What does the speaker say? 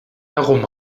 herum